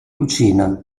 cucina